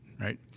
right